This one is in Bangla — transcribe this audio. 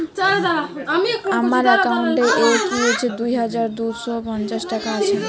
আমার অ্যাকাউন্ট এ কি দুই হাজার দুই শ পঞ্চাশ টাকা আছে?